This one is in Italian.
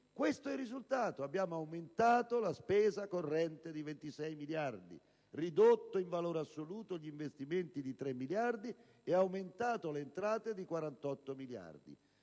questo è il risultato: abbiamo aumentato la spesa corrente di 26 miliardi, ridotto il valore assoluto degli investimenti di 3 miliardi e aumentato le entrate di 48 miliardi,